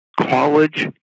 College